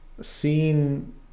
seen